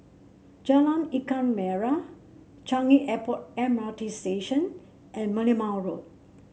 Jalan Ikan Merah Changi Airport M R T Station and Merlimau Road